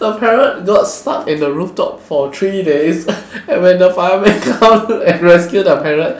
the parrot got stuck in the rooftop for three days and when the fireman come and rescue the parrot